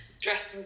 dressed